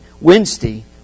Wednesday